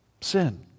sin